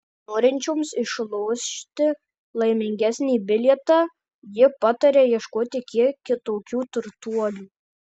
norinčioms išlošti laimingesnį bilietą ji pataria ieškoti kiek kitokių turtuolių